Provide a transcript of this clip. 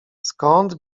skąd